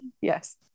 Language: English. yes